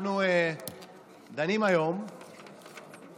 אנחנו דנים היום בהבעת אי-אמון